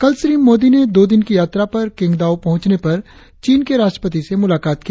कल श्री मोदी ने दो दिन कि यात्रा पर किंगदाओं पहुंचने पर चीन के राष्ट्रपति से मुलाकात की